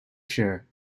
share